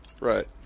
Right